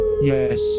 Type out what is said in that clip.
Yes